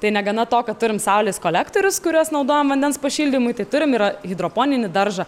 tai negana to kad turime saulės kolektorius kuriuos naudojam vandens pašildymui tai turim ir a hidroponinį daržą